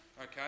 Okay